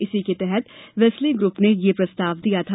इसी के तहत वेस्ले ग्रूप ने यह प्रस्ताव दिया था